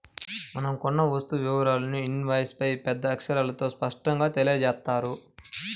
మనం కొన్న వస్తువు వివరాలను ఇన్వాయిస్పై పెద్ద అక్షరాలతో స్పష్టంగా తెలియజేత్తారు